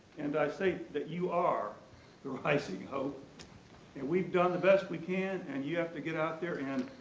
and i say that you are the rising hope and we've done the best we can and you have to get out there and,